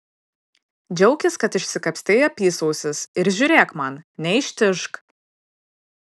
džiaukis kad išsikapstei apysausis ir žiūrėk man neištižk